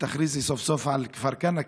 ותכריזי סוף-סוף על כפר כנא,